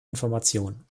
information